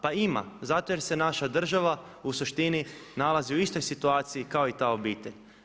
Pa ima, zato jer se naša država u suštini nalazi u istoj situaciji kao i ta obitelj.